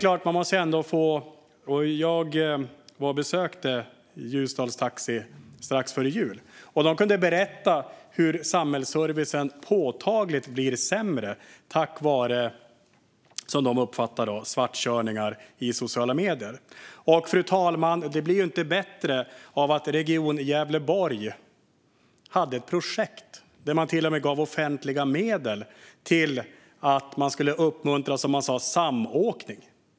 Jag besökte Ljusdals taxi strax före jul, och de kunde berätta hur samhällsservicen, som de uppfattar det, blir påtagligt sämre på grund av svartkörningar som bokas i sociala medier. Fru talman! Det blir inte bättre av att Region Gävleborg hade ett projekt där man till och med gav offentliga medel för att, som man sa, uppmuntra samåkning.